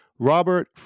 Robert